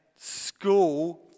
school